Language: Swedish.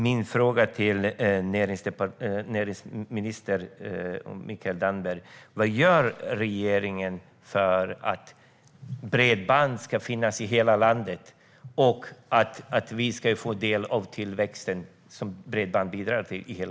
Min fråga till näringsminister Mikael Damberg är: Vad gör regeringen för att bredband ska finnas i hela landet och för att hela landet ska få del av den tillväxt som bredband bidrar till?